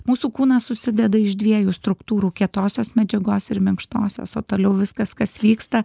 mūsų kūnas susideda iš dviejų struktūrų kietosios medžiagos ir minkštosios o toliau viskas kas vyksta